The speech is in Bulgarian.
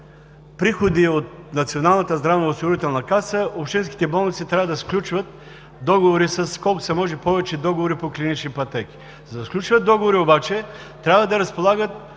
приходи Националната здравноосигурителна каса, общинските болници трябва да сключват колкото се може повече договори по клинични пътеки. За да сключват договори обаче, трябва да разполагат